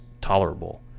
tolerable